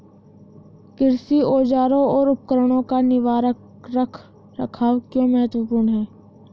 कृषि औजारों और उपकरणों का निवारक रख रखाव क्यों महत्वपूर्ण है?